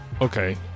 okay